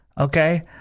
okay